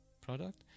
product